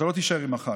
אתה לא תישאר עם אחת.